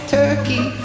turkey